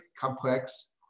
complex